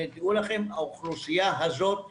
דעו לכם, האוכלוסייה הזאת הם